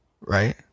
right